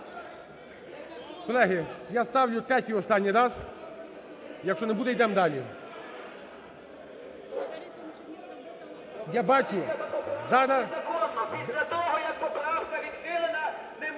Колеги, я ставлю третій і останній раз. Якщо не буде, ідемо далі. Я бачу, зараз...